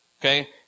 Okay